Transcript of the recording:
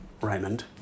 Raymond